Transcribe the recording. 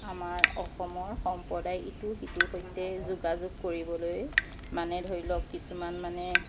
আমাৰ অসমৰ সম্প্ৰদায় ইটো সিটোৰ সৈতে যোগাযোগ কৰিবলৈ মানে ধৰি লওক কিছুমান মানে